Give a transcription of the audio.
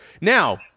Now